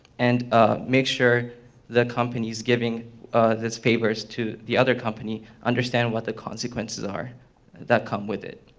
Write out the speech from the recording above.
and ah make sure the company's giving these favors to the other company, understand what the consequences are that come with it.